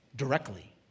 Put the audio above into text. Directly